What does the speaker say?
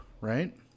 right